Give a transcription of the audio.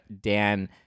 Dan